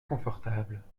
confortable